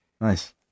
Nice